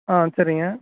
ஆ சரிங்க